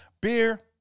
beer